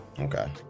Okay